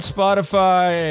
Spotify